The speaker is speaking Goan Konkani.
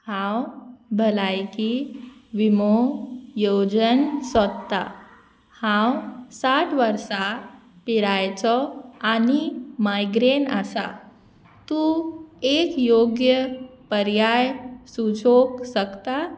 हांव भलायकी विमो येवजन सोदता हांव साठ वर्सां पिरायेचो आनी मायग्रेन आसा तूं एक योग्य पर्याय सुचोंक शकता